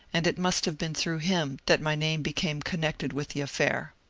and it must have been through him that my name became connected with the affair.